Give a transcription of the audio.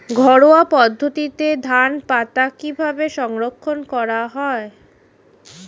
ঘরোয়া পদ্ধতিতে ধনেপাতা কিভাবে সংরক্ষণ করা হয়?